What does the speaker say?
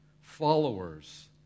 followers